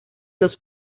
los